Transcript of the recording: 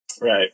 right